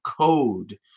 code